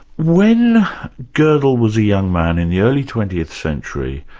when godel was a young man in the early twentieth century,